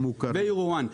וEUR1-.